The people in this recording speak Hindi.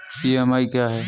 ई.एम.आई क्या है?